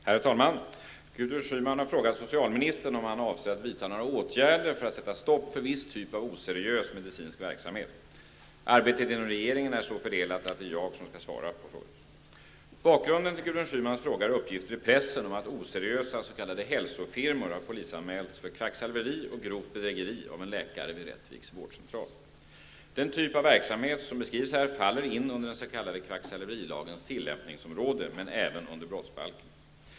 Herr talman! Gudrun Schyman har frågat socialministern om han avser att vidta några åtgärder för att sätta stopp för viss typ av oseriös medicinsk verksamhet. Arbetet inom regeringen är så fördelat att det är jag, som skall svara på frågan. Bakgrunden till Gudrun Schymans fråga är uppgifter i pressen om att oseriösa s.k. hälsofirmor har polisanmälts för kvacksalveri och grovt bedrägeri av en läkare vid Rättviks vårdcentral. Den typ av verksamhet, som beskrivs här, faller in under den s.k. kvacksalverilagens tillämpningsområde men även under brottsbalken.